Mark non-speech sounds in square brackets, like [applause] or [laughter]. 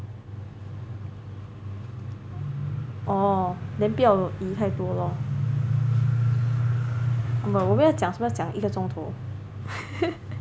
orh then 不要移太多 but 我们要讲什么讲一个钟头 [laughs]